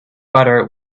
butter